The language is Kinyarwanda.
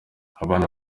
abana